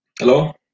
Hello